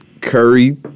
Curry